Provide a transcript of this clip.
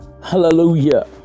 Hallelujah